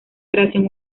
creación